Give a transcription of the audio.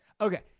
Okay